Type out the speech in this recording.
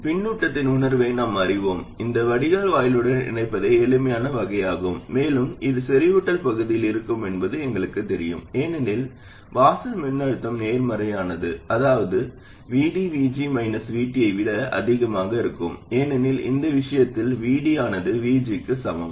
பின்னூட்டத்தின் உணர்வை நாம் அறிவோம் மற்றும் வடிகால் வாயிலுடன் இணைப்பதே எளிமையான வகையாகும் மேலும் இது செறிவூட்டல் பகுதியில் இருக்கும் என்பது எங்களுக்குத் தெரியும் ஏனெனில் வாசல் மின்னழுத்தம் நேர்மறையானது அதாவது VD VG VT ஐ விட அதிகமாக இருக்கும் ஏனெனில் இந்த விஷயத்தில் VD ஆனது VGக்கு சமம்